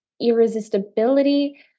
irresistibility